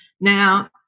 Now